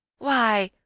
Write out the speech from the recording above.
why,